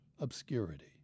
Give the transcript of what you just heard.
obscurity